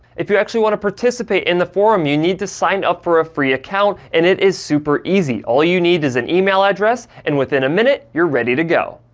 if you actually want to participate in the forum, you need to sign up for a free account, and it is super easy. all you need is an email address, and within a minute, you're ready to go.